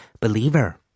Believer